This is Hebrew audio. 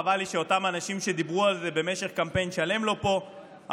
חבל לי שאותם אנשים שדיברו על זה במשך קמפיין שלם לא פה,